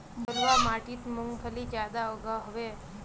बलवाह माटित मूंगफली ज्यादा उगो होबे?